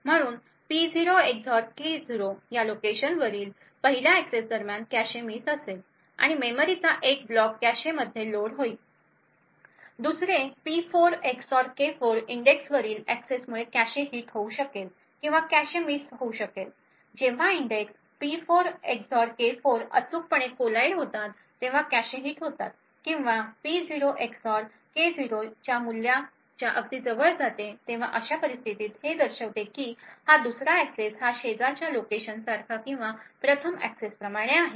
म्हणून P0 XOR K0 या लोकेशनवरील पहिल्या एक्सेसदरम्यान कॅशे मिस असेल आणि मेमरीचा एक ब्लॉक कॅशेमध्ये लोड होईल दुसरे P4 एक्सऑर K4 इंडेक्स वरील एक्सेसमुळे कॅशे हिट होऊ शकेल किंवा कॅशे मिस होऊ शकेल जेव्हा इंडेक्स P4 एक्सऑर K4 अचूकपणे कॉलाईड होतात तेव्हा कॅशे हिट होतात किंवा P0 एक्सऑर K0 च्या या मूल्याच्या अगदी जवळ जाते तेव्हा अशा परिस्थितीत हे दर्शविते की हा दुसरा एक्सेस हा शेजारच्या लोकेशन सारखा किंवा प्रथम एक्सेस प्रमाणे आहे